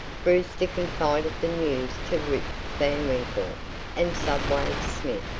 brewster confided the news to rip van winkle and subway smith,